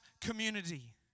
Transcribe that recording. community